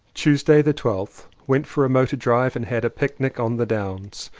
tuesday the twelfth. went for a motor drive and had a picnic on the downs.